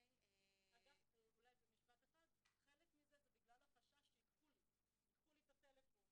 חלק מזה זה בגלל החשש שייקחו לי את הטלפון,